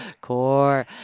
Core